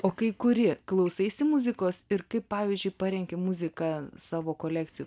o kai kuri klausaisi muzikos ir kaip pavyzdžiui parenki muziką savo kolekcijų